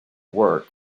work